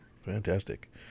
fantastic